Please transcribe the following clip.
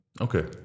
okay